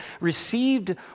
received